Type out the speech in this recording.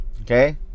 okay